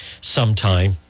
sometime